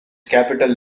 capital